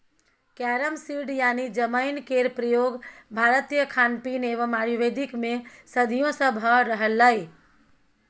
carrom seed यानी जमैन केर प्रयोग भारतीय खानपीन एवं आयुर्वेद मे सदियों सँ भ रहलैए